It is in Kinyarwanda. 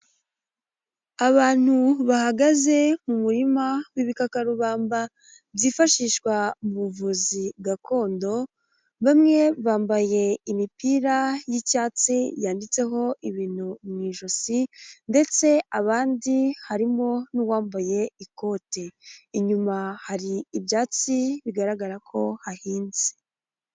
Abantu bahagaze mu murima w'ibikakarubamba, byifashishwa mu buvuzi gakondo, bamwe bambaye imipira y'icyatsi yanditseho ibintu mu ijosi, ndetse abandi harimo n'uwambaye ikote, inyuma hari ibyatsi bigaragara ko hahinze.